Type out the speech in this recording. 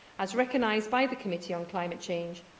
as recognised by the committee on climate change,